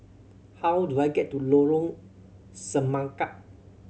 how do I get to Lorong Semangka